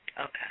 Okay